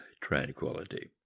tranquility